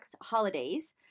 holidays